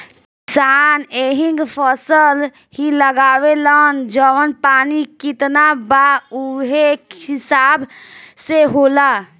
किसान एहींग फसल ही लगावेलन जवन पानी कितना बा उहे हिसाब से होला